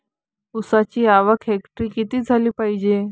ऊसाची आवक हेक्टरी किती झाली पायजे?